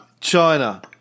China